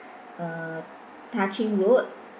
uh tah ching road